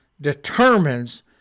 determines